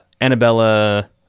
Annabella